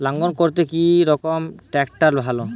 লাঙ্গল করতে কি রকম ট্রাকটার ভালো?